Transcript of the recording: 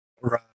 Right